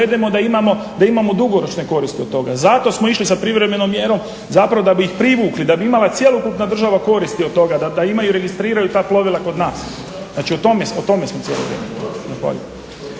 da imamo dugoročne koristi od toga. Zato smo išli sa privremenom mjerom zapravo da bi ih privukli, da bi imala cjelokupna država koristi od toga, da imaju, registriraju ta plovila kod nas. Znači o tome sam cijelo vrijeme